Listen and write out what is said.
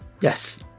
Yes